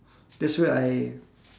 that's where I